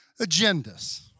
agendas